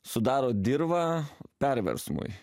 sudaro dirvą perversmui